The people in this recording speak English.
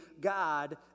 God